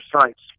sites